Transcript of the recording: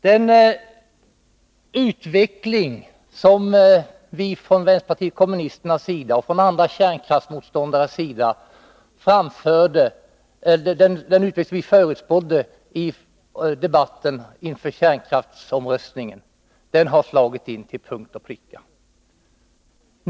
Den utveckling som vi från vänsterpartiet kommunisternas sida och från andra kärnkraftsmotståndares sida förutspådde i debatten inför kärnkraftsomröstningen har slagit in till punkt och pricka.